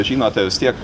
žinote vis tiek